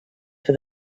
for